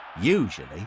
usually